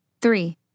Three